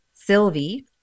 Sylvie